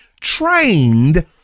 trained